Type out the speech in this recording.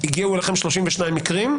הגיעו אליכם 32 מקרים,